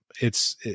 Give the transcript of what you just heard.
it's-